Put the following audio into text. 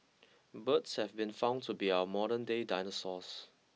birds have been found to be our modernday dinosaurs